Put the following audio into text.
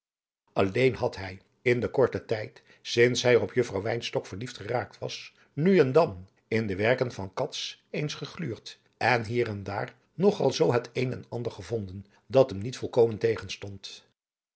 alleen had hij in den korten tijd sinds hij op juffrouw wynstok verliefd geraakt was nu en dan in de werken van cats eens gegluurd en hier en daar nog al zoo het een en ander gevonden dat hem niet volkomen